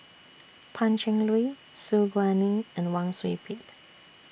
Pan Cheng Lui Su Guaning and Wang Sui Pick